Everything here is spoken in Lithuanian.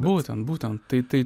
būtent būtent tai tai